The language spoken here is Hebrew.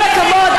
עם כל הכבוד,